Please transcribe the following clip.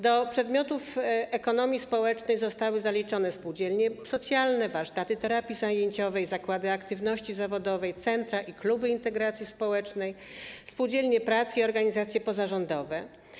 Do przedmiotów ekonomii społecznej zostały zaliczone: spółdzielnie socjalne, warsztaty terapii zajęciowej, zakłady aktywności zawodowej, centra i kluby integracji społecznej, spółdzielnie pracy i organizacje pozarządowe.